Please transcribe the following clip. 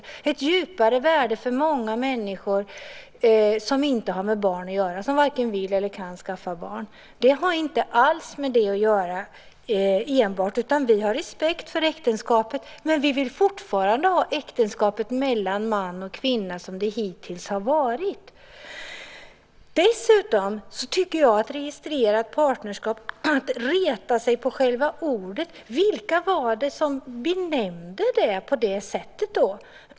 Det har för många människor ett djupare värde som inte har med barn att göra, för människor som varken vill eller kan skaffa barn. Äktenskapet har inte alls enbart med barn att göra. Vi har respekt för äktenskapet, men vi vill fortfarande att äktenskapet ska ingås mellan man och kvinna, som det hittills har varit. Dessutom tycker jag att man retar sig på själva uttrycket "registrerat partnerskap". Vilka var det då som skapade den benämningen?